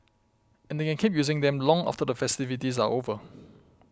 and they can keep using them long after the festivities are over